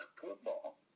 football